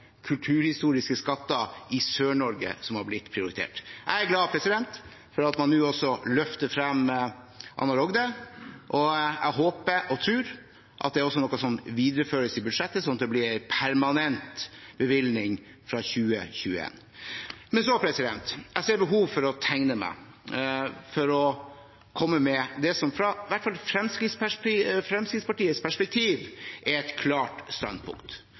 kulturhistoriske skatter i Sør-Norge som har blitt prioritert. Jeg er glad for at man nå også løfter frem «Anna Rogde», og jeg håper og tror at det er noe som videreføres i budsjettet, slik at det blir en permanent bevilgning fra 2021. Men så: Jeg så behov for å tegne meg for å komme med det som i hvert fall fra Fremskrittspartiets perspektiv er et klart standpunkt.